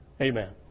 Amen